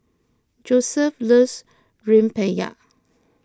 Joesph loves Rempeyek